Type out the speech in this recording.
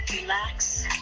relax